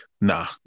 nah